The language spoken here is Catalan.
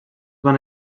van